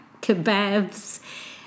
kebabs